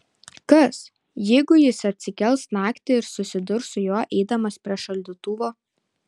kas jeigu jis atsikels naktį ir susidurs su juo eidamas prie šaldytuvo